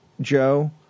Joe